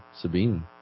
Sabine